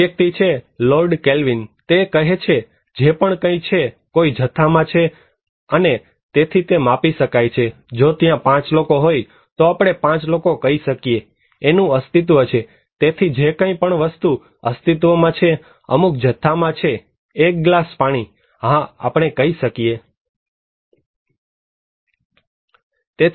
એક વ્યક્તિ છે લોર્ડ કેલ્વિન તે કહે છે કે જે પણ કંઈ છે કોઈ જથ્થામાં છે અને તેથી તે માપી શકાય છે જો ત્યાં 5 લોકો હોય તો આપણે 5 લોકો કહી શકીએ છીએ એનું અસ્તિત્વ છે તેથી જે કઈ પણ વસ્તુ અસ્તિત્વમાં છે અમુક જથ્થામાં છે એક ગ્લાસ પાણી હા આપણે કહી શકીએ છીએ